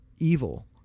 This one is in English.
evil